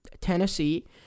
Tennessee